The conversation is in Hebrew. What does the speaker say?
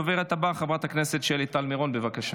הדוברת הבאה, חברת הכנסת שלי טל מירון, בבקשה.